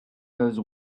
goes